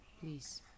please